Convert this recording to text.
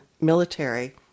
military